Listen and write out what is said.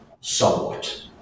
somewhat